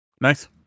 Nice